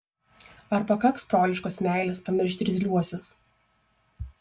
ar pakaks broliškos meilės pamiršti irzliuosius